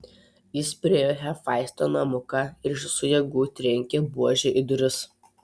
jis priėjo hefaisto namuką ir iš visų jėgų trenkė buože į duris